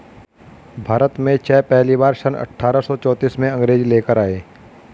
भारत में चाय पहली बार सन अठारह सौ चौतीस में अंग्रेज लेकर आए